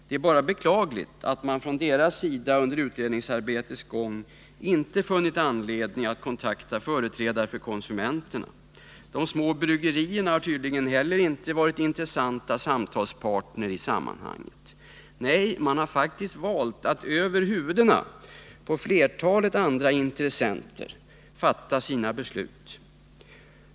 Det är bara beklagligt att man från deras sida under utredningsarbetets gång inte funnit anledning att kontakta företrädare för konsumenterna. De små bryggerierna har tydligen heller inte varit intressanta samtalspartner i sammanhanget. Nej, man har faktiskt valt att över huvudena på flertalet andra intressenter fatta sina beslut.